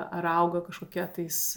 ar auga kažkokie tais